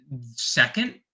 second